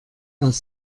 aus